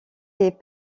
est